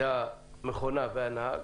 המכונה והנהג,